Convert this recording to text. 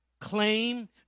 claim